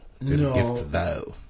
no